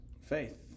faith